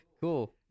cool